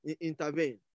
intervene